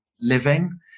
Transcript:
Living